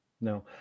no